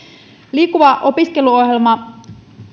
liikkuva opiskelu ohjelma